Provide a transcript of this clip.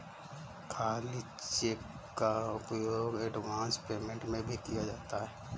खाली चेक का उपयोग एडवांस पेमेंट में भी किया जाता है